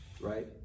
right